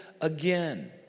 again